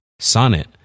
Sonnet